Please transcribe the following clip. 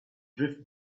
drift